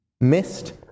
missed